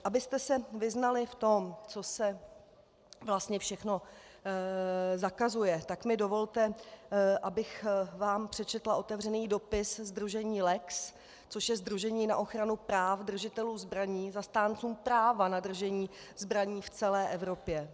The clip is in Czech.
Abyste se vyznali v tom, co se vlastně všechno zakazuje, tak mi dovolte, abych vám přečetla otevřený dopis sdružení LEX, což je sdružení na ochranu práv držitelů zbraní, zastánců práva na držení zbraní v celé Evropě: